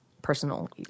personal